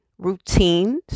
routines